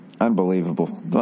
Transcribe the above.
Unbelievable